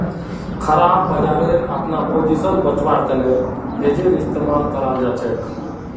खराब बजारत अपनार पोजीशन बचव्वार तने हेजेर इस्तमाल कराल जाछेक